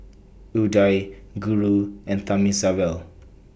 Udai Guru and Thamizhavel